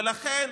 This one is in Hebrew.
ולכן,